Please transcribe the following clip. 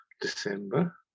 December